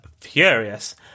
furious